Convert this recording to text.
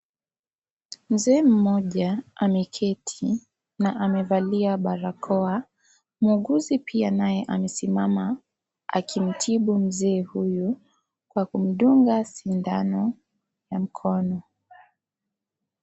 Mzee mmoja ameketi na amevalia barakoa, muuguzi naye pia naye amesimama akimtibu mzee huyu kwa kumdunga sindano kwa mkono.